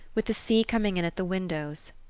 with the sea coming in at the windows.